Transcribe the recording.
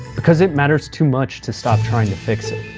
because it matters too much to stop trying to fix it.